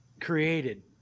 created